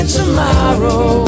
tomorrow